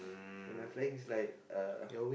when I'm flying it's like ah